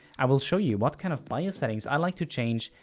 i will show you what kind of bios settings i like to change,